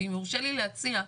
אם יורשה לי להציע,